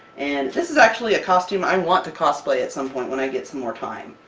and this is actually a costume i want to cosplay at some point when i get some more time!